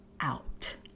out